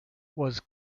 was